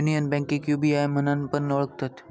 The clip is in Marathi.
युनियन बैंकेक यू.बी.आय म्हणान पण ओळखतत